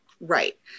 Right